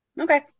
Okay